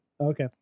Okay